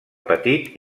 petit